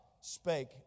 spake